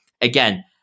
again